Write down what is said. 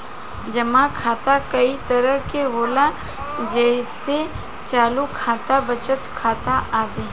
जमा खाता कई तरह के होला जेइसे चालु खाता, बचत खाता आदि